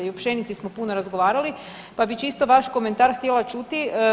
I o pšenici smo puno razgovarali, pa bi čisto vaš komentar htjela čuti.